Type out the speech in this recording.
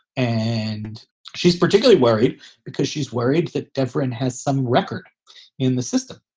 and she's particularly worried because she's worried that deferent has some record in the system.